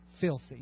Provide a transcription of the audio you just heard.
filthy